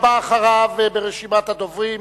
הבא אחריו ברשימת הדוברים,